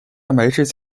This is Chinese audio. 蛋白质